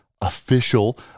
official